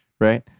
right